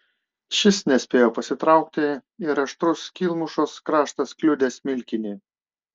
šis nespėjo pasitraukti ir aštrus skylmušos kraštas kliudė smilkinį